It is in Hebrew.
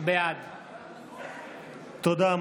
בעד תודה.